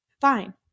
Fine